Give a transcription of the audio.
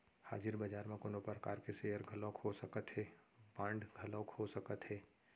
हाजिर बजार म कोनो परकार के सेयर घलोक हो सकत हे, बांड घलोक हो सकत हे